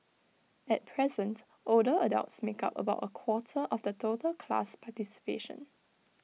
at present older adults make up about A quarter of the total class participation